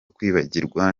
kwibagirwa